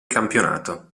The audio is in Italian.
campionato